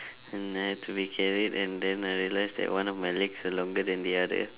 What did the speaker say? and I had to be carried and then I realize that one of my legs was longer than the other